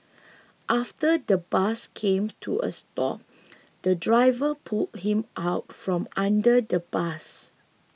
after the bus came to a stop the driver pulled him out from under the bus